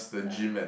the